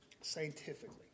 scientifically